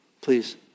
Please